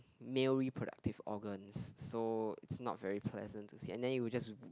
male reproductive organs so it's not very pleasant to see and then it will just